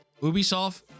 ubisoft